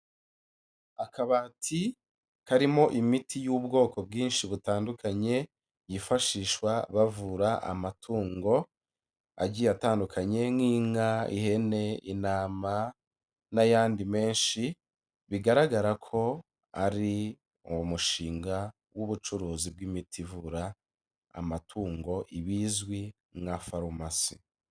Akabati karimo imiti y'ubwoko bwinshi butandukanye, yifashishwa bavura amatungo agiye atandukanye nk'inka, ihene, intama n'ayandi menshi, bigaragara ko ari umushinga w'ubucuruzi bw'imiti ivura amatungo ibizwi nka farumasi.